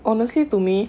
honestly to me